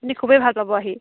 খুবেই ভাল পাব আহি